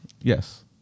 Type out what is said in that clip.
Yes